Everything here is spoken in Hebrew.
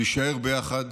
להישאר ביחד,